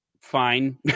fine